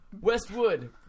Westwood